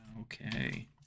Okay